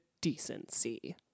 decency